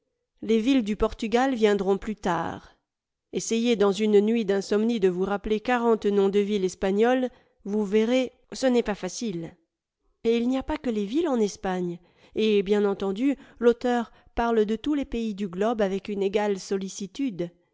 les villes du portugal viendront plus tard essayez dans une nuit d'insomnie de vous rappeler quarante noms de villes espagnoles vous verrez ce n'est pas facile et il n'y a pas que les villes en espagne et bien entendu l'auteur parle de tous les pays du globe avec un égale sollicitude